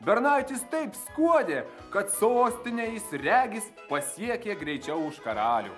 bernaitis taip skuodė kad sostinę jis regis pasiekė greičiau už karalių